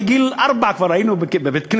מגיל ארבע כבר היינו בבית-כנסת,